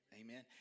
Amen